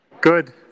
Good